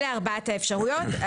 אלה הן ארבעת האפשרויות.